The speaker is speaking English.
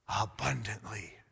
abundantly